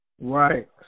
Right